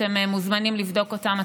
אתם מוזמנים לבדוק אותם,